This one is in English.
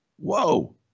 Whoa